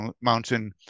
mountain